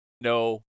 No